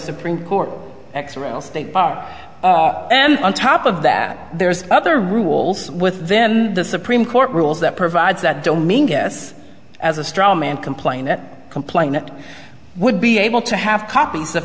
supreme court state bar and on top of that there's other rules then the supreme court rules that provides that don't mean yes as a straw man complain that complainant would be able to have copies of